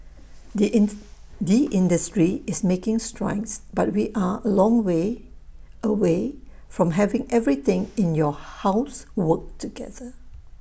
the the industry is making strides but we are A long way away from having everything in your house work together